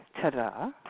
Ta-da